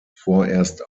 vorerst